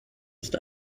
ist